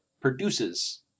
produces